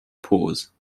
pause